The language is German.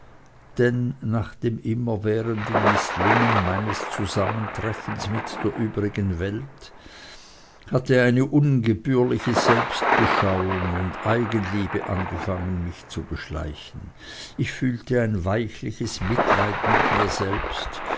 denn nach dem immerwährenden mißlingen meines zusammentreffens mit der übrigen welt hatte eine ungebührliche selbstbeschauung und eigenliebe angefangen mich zu beschleichen ich fühlte ein weichliches mitleid mit mir selbst